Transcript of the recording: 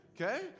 Okay